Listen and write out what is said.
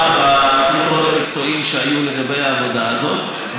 תמך בספקות המקצועיים שהיו לגבי העבודה הזאת,